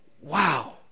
wow